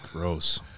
Gross